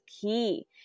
key